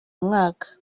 umwaka